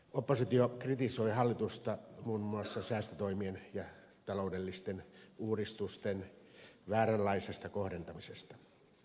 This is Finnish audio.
oppositio kritisoi hallitusta muun muassa säästötoimien ja taloudellisten uudistusten vääränlaisesta kohdentamisesta